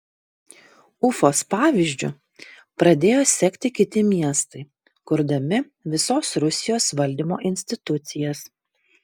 ufos pavyzdžiu pradėjo sekti kiti miestai kurdami visos rusijos valdymo institucijas